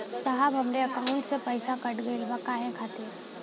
साहब हमरे एकाउंट से पैसाकट गईल बा काहे खातिर?